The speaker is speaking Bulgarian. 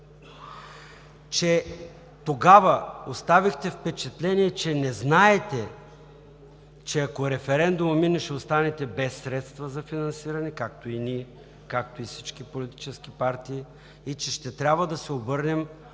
че тогава оставихте впечатление, че не знаете, че ако референдумът мине, ще останете без средства за финансиране, както и ние, както и всички политически партии, и че ще трябва да се обърнем